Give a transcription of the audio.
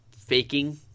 Faking